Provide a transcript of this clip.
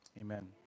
Amen